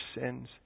sins